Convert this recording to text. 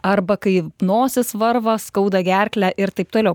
arba kai nosis varva skauda gerklę ir taip toliau